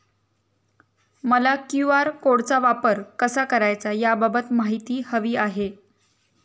मला क्यू.आर कोडचा वापर कसा करायचा याबाबत माहिती हवी आहे